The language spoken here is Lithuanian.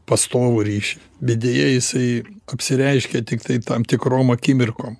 pastovų ryšį bet deja jisai apsireiškia tiktai tam tikrom akimirkom